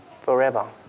forever